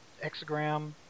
hexagram